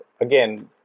again